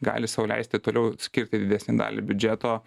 gali sau leisti toliau skirti didesnę dalį biudžeto